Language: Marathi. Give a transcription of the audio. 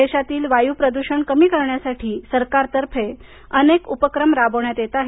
देशातील वायुप्रदूषण कमी करण्यासाठी सरकारतर्फे अनेक उपक्रम राबविण्यात येत आहेत